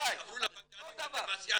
אותו דבר.